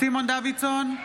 סימון דוידסון,